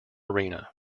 arena